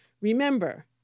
remember